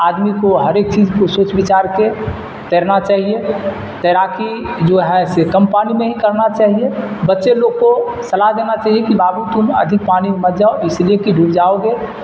آدمی کو ہر ایک چیز کو سوچ وچار کے تیرنا چاہیے تیراکی جو ہے اسے کم پانی میں ہی کرنا چاہیے بچے لوگ کو صلاح دینا چاہیے کہ بابو تم ادھک پانی میں مت جاؤ اس لیے کہ ڈوب جاؤ گے